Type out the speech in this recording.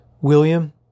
William